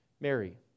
Mary